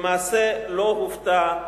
למעשה לא הופתע,